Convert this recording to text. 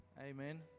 Amen